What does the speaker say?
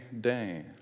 day